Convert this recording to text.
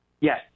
Yes